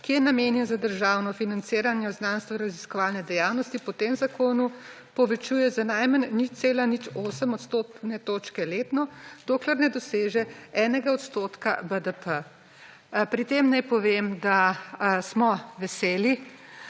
ki je namenjen za državno financiranje v znanstvenoraziskovalne dejavnosti, po tem zakonu povečuje za najmanj 0,08 odstotne točke letno, dokler ne doseže 1 % BDP.« Pri tem naj povem, da smo veseli,